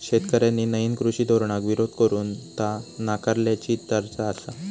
शेतकऱ्यांनी नईन कृषी धोरणाक विरोध करून ता नाकारल्याची चर्चा आसा